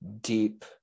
deep